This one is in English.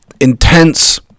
intense